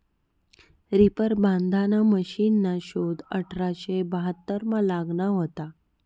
reaper बांधाना मशिनना शोध अठराशे बहात्तरमा लागना व्हता